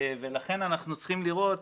ולכן אנחנו צריכים לראות